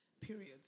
periods